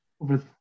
over